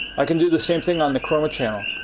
i can do the same thing on the chroma channel.